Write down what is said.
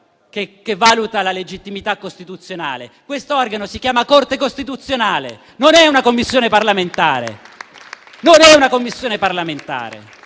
che valuta la legittimità costituzionale e questo organo si chiama Corte costituzionale. Non è una Commissione parlamentare.